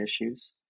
issues